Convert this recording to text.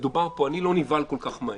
אני לא נבהל כל כך מהר.